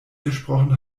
gesprochen